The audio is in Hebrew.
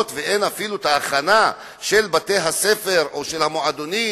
ואין אפילו הכנה של בתי-הספר או של המועדונים,